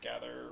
gather